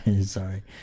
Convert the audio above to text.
Sorry